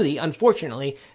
Unfortunately